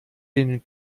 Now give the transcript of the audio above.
den